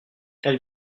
elle